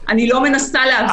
כי הם עדיין לא נחקרו מספיק,